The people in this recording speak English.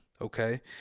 Okay